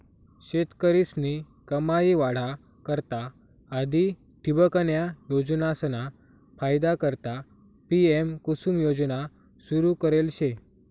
शेतकरीस्नी कमाई वाढा करता आधी ठिबकन्या योजनासना फायदा करता पी.एम.कुसुम योजना सुरू करेल शे